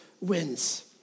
wins